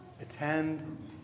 Attend